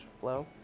flow